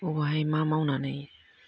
बबावहाय मा मावनानै